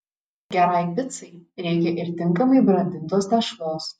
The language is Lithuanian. gerai picai reikia ir tinkamai brandintos tešlos